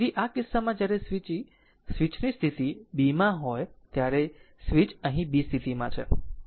તેથી આ કિસ્સામાં જ્યારે સ્વીચ સ્થિતિ bમાં હોય ત્યારે જ્યારે સ્વીચ અહીં b સ્થિતિમાં હોય